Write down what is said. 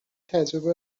تجربه